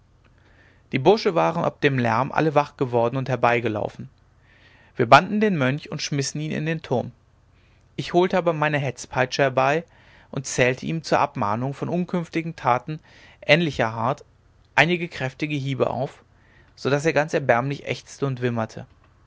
die bursche waren ob dem lärm alle wach worden und herbeigelaufen wir banden den mönch und schmissen ihn in den turm ich holte aber meine hetzpeitsche herbei und zählte ihm zur abmahnung von künftigen untaten ähnlicher art einige kräftige hiebe auf so daß er ganz erbärmlich ächzte und wimmerte